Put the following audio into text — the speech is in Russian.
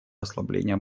ослабления